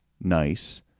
nice